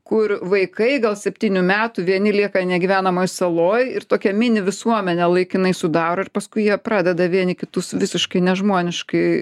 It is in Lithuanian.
kur vaikai gal septynių metų vieni lieka negyvenamoj saloj ir tokią mini visuomenę laikinai sudaro ir paskui jie pradeda vieni kitus visiškai nežmoniškai